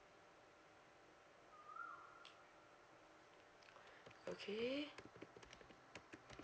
okay